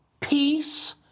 peace